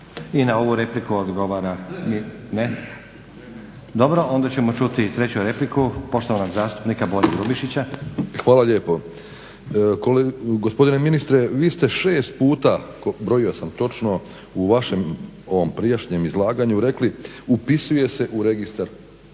I na ovu repliku odgovora ministar, ne. Dobro, onda ćemo čuti i 3 repliku, poštovanog zastupnika Bore Grubišića. **Grubišić, Boro (HDSSB)** Hvala lijepo. Gospodine ministre vi ste 6 puta, brojio sam točno u vašem ovom prijašnjem izlaganju, rekli, upisuje se u registar